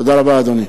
תודה רבה, אדוני.